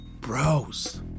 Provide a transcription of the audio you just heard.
Bros